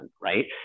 right